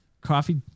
Coffee